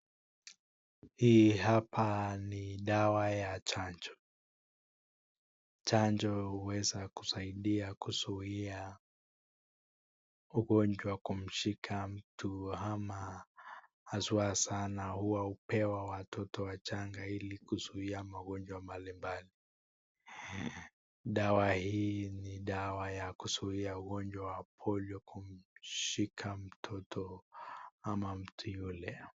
Hii hapa ni dawa ya chanjo, chanjo husaidia kuzuia ugonjwa kumshika mtu ama haswa sana hupewa watoto wachanga ili kuzuia magonjwa mbalimbali, dawa hi ni dawa ya kuzuia ugonjwa wa polio kumshika mtoto, ama mtu yule.